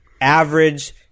average